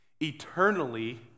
eternally